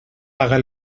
paga